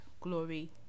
Glory